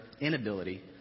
inability